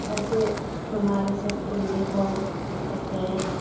ऐसे हमारे सबके लिए बहुत दिक्कत है